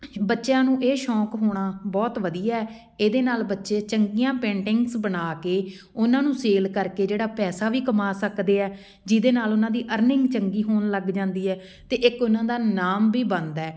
ਬੱਚਿਆਂ ਨੂੰ ਇਹ ਸ਼ੌਂਕ ਹੋਣਾ ਬਹੁਤ ਵਧੀਆ ਇਹਦੇ ਨਾਲ਼ ਬੱਚੇ ਚੰਗੀਆਂ ਪੇਂਟਿੰਗਸ ਬਣਾ ਕੇ ਉਹਨਾਂ ਨੂੰ ਸੇਲ ਕਰਕੇ ਜਿਹੜਾ ਪੈਸਾ ਵੀ ਕਮਾ ਸਕਦੇ ਆ ਜਿਹਦੇ ਨਾਲ਼ ਉਹਨਾਂ ਦੀ ਅਰਨਿੰਗ ਚੰਗੀ ਹੋਣ ਲੱਗ ਜਾਂਦੀ ਹੈ ਅਤੇ ਇੱਕ ਉਹਨਾਂ ਦਾ ਨਾਮ ਵੀ ਬਣਦਾ